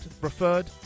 preferred